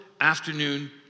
afternoon